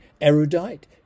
erudite